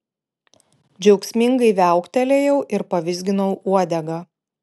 džiaugsmingai viauktelėjau ir pavizginau uodegą